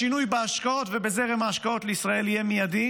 השינוי בהשקעות ובזרם ההשקעות לישראל יהיה מיידי,